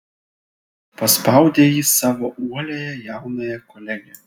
paspaudė ji savo uoliąją jaunąją kolegę